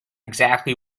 exactly